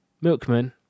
milkman